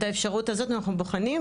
את האפשרות הזאת אנחנו בוחנים.